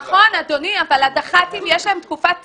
נכון, אדוני, אבל הדח"צים יש להם תקופת צינון,